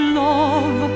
love